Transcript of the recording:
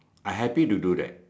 I happy to do that